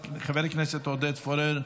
חבר הכנסת עודד פורר,